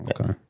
Okay